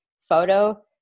photo